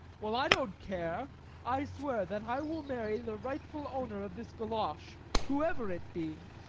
well, i don't care i swear that i will marry the rightful owner of this golosh, whoever it be.